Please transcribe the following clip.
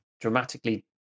dramatically